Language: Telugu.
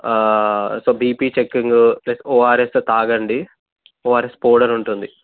so BP checking plus ORS తాగండి ఓఆర్ఎస్ పౌడర్ ఉంటుంది